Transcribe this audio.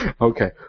Okay